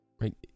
right